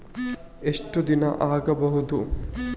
ಎಷ್ಟು ದಿನ ಆಗ್ಬಹುದು?